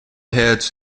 heads